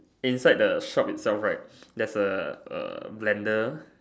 inside the shop itself right there's a A blender